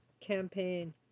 campaign